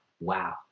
wow